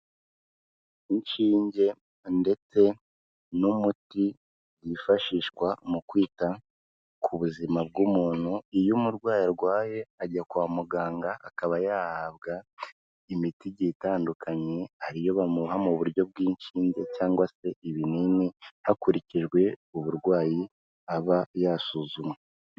Inshinge ndetse n'umuti byifashishwa mu kwita ku buzima bw'umuntu iyo umurwayi arwaye ajya kwa muganga akaba yahabwa imiti igiye itandukanye, hari iyo bamuha mu buryo bw'inshinge cyangwa se ibinini hakurikijwe uburwayi aba yasuzumwe